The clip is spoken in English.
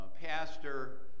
pastor